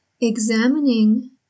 examining